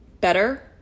better